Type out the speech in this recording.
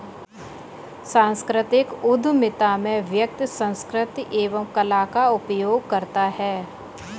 सांस्कृतिक उधमिता में व्यक्ति संस्कृति एवं कला का उपयोग करता है